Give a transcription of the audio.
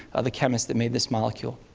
the chemist that made this molecule.